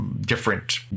different